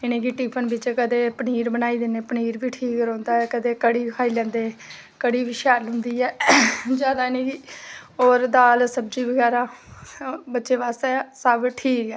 इनेंगी टिफिन बिच कदें पनीर बनाई दिन्ने पनीर बी ठीक रौहंदा कदें कढ़ी खाई लैंदे कढ़ी बी शैल होंदी ऐ जादै इनेंगी होर दाल सब्जी बगैरा बच्चे बास्तै सब ठीक ऐ